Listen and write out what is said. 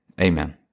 Amen